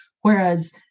whereas